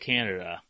Canada